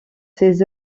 ses